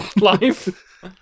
life